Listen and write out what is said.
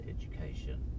education